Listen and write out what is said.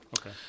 Okay